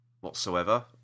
whatsoever